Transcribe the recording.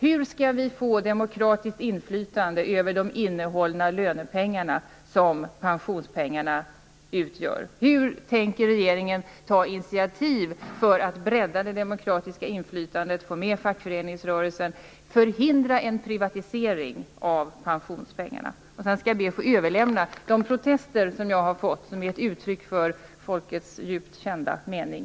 Hur skall vi få ett demokratiskt inflytande över de innehållna lönepengar som pensionspengarna utgör? Sedan skall jag be att få överlämna de protester som jag har fått. De är ett uttryck för folkets djupt kända mening.